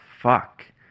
Fuck